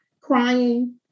crying